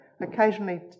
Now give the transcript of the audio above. occasionally